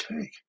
take